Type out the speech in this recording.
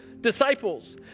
disciples